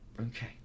Okay